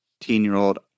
teen-year-old